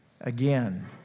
again